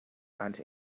aunt